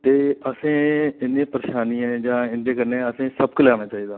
ते असें इ'नें परेशानियां जां इं'दे कन्नै असें सबक लैना चाहिदा